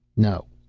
no,